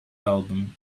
album